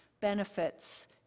benefits